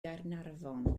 gaernarfon